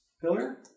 pillar